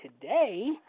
today